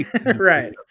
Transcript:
Right